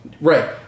Right